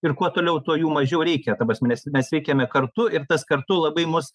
ir kuo toliau tuo jų mažiau reikia ta prasme nes mes veikiame kartu ir tas kartu labai mus